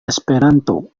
esperanto